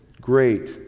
Great